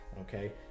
Okay